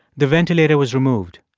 the ventilator was removed.